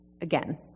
Again